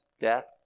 Death